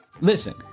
listen